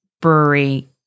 Brewery